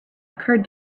occurred